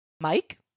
Mike